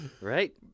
Right